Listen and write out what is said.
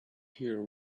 here